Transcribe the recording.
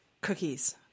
cookies